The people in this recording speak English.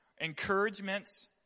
encouragements